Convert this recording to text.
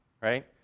right